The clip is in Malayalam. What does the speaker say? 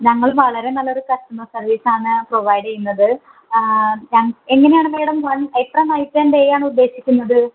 ഞങ്ങൾ വളരെ നല്ലൊരു കസ്റ്റമർ സർവീസാണ് പ്രൊവൈഡ് ചെയ്യുന്നത് എങ്ങനെയാണ് മാഡം വൺ എത്ര നൈറ്റ് ആൻഡ് ഡേയാണുദ്ദേശിക്കുന്നത്